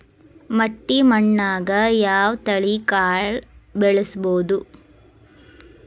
ಮಟ್ಟಿ ಮಣ್ಣಾಗ್, ಯಾವ ತಳಿ ಕಾಳ ಬೆಳ್ಸಬೋದು?